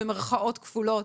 במרכאות כפולות,